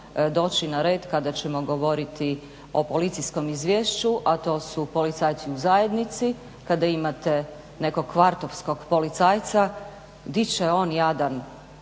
doći na red kada ćemo govoriti o policijskom izvješću a to su policajci u zajednici, kada imate nekog kvartovskog policajca, di će on jadan